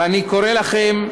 ואני קורא לכם,